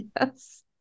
Yes